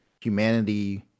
humanity